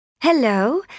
Hello